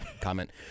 comment